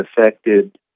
affected